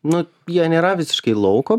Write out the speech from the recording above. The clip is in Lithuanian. nu jie nėra visiškai lauko